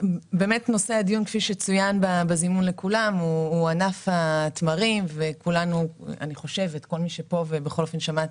הדיון כפי שצוין בזימון לכולם הוא ענף התמרים ואני חושבת שכל מי שנמצא